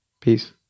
Peace